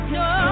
no